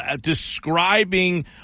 describing